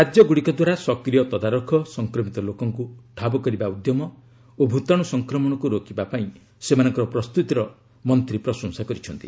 ରାଜ୍ୟଗୁଡ଼ିକ ଦ୍ୱାରା ସକ୍ରିୟ ତଦାରଖ ସଂକ୍ରମିତ ଲୋକଙ୍କୁ ଠାବ କରିବା ଉଦ୍ୟମ ଓ ଭୂତାଣୁ ସଂକ୍ରମଣକୁ ରୋକିବା ପାଇଁ ସେମାନଙ୍କର ପ୍ରସ୍ତୁତିର ମନ୍ତ୍ରୀ ପ୍ରଶଂସା କରିଛନ୍ତି